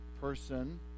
person